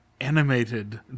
animated